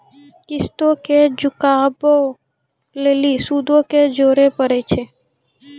किश्तो के चुकाबै लेली सूदो के जोड़े परै छै